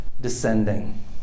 descending